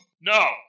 No